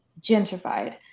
gentrified